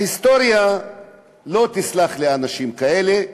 ההיסטוריה לא תסלח לאנשים כאלה,